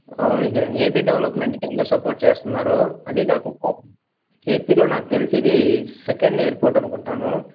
అవును కిరణ్ ఏపి డెవలప్మెంట్కి అందరు సపోర్ట్ చేస్తున్నారు అదీ కాకుండా ఏపిలో నాకు తెలిసి ఇది సెకండ్ ఎయిర్పోర్ట్ అనుకుంటాను